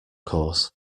course